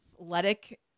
athletic